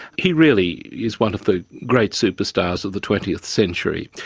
he really is one of the great superstars of the twentieth century.